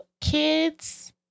kids